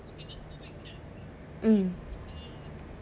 mm